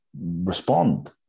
respond